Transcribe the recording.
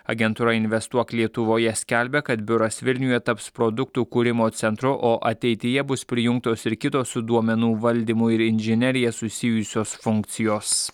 agentūra investuok lietuvoje skelbia kad biuras vilniuje taps produktų kūrimo centru o ateityje bus prijungtos ir kitos su duomenų valdymu ir inžinerija susijusios funkcijos